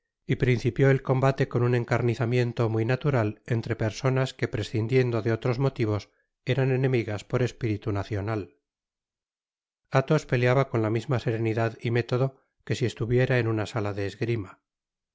y principió et combate con un encarnizamiento muy natural entre personas que prescindiendo de otros motivos eran enemigas por espiritu nacional athos peleaba con la mi ma serenidad y método que si estuviera en una sala de esgrima